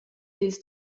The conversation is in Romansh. dils